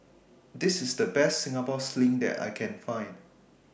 This IS The Best Singapore Sling that I Can Find